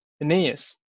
Aeneas